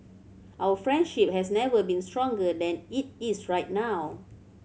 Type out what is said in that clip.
our friendship has never been stronger than it is right now